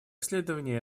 исследования